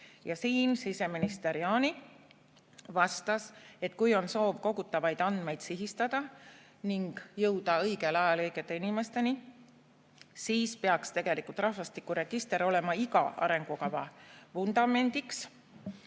Siseminister Jaani vastas, et kui on soov kogutavaid andmeid sihistada ning jõuda õigel ajal õigete inimesteni, siis peaks rahvastikuregister olema iga arengukava vundamendiks.